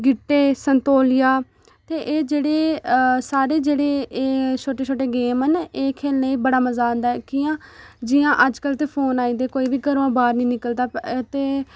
गिट्टे संतोलिया ते एह् जेह्ड़े साढ़े जेह्ड़े एह् छोटे छोटे गेम न एह् खेलने ई बड़ा मजा औंदा ओह् कि'यां जि'यां अजकल ते फोन आई गे कोई बी घरूं दा बाह्ऱ निं निकलदा ते